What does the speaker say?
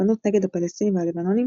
כ"תוקפנות נגד הפלסטינים והלבנונים"